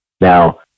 Now